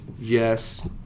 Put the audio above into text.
yes